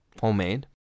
homemade